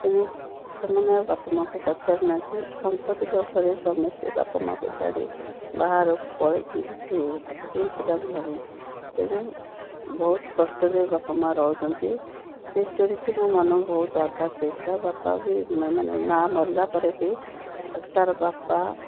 ତେଣୁ ସେମାନେ ଆଉ ବାପା ମାଁଙ୍କୁ ପଚାରିନାହାଁନ୍ତି ସମ୍ପତ୍ତି ଲୋଭରେ ସମସ୍ତେ ବାପା ମାଁଙ୍କୁ ଛାଡ଼ି ବାହାରକୁ ପଳେଇଛନ୍ତି ସ୍ତ୍ରୀ ସ୍ତ୍ରୀ ପିଲାକୁ ଧରି ତେଣୁ ବହୁତ କଷ୍ଟରେ ବାପା ମାଁ ରହୁଛନ୍ତି ସେ ଷ୍ଟୋରିଟି ମୋ ମନକୁ ବହୁତ ଆଘାତ ଦେଇଥିଲା ବାପା ବି ମାନେ ମାଁ ମରିବାପରେ ବି ତାର ବାପା